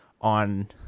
on